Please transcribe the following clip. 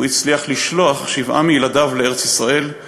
והוא הצליח לשלוח שבעה מילדיו לארץ-ישראל,